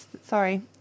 sorry